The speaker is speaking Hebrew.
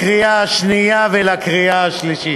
לקריאה השנייה והשלישית.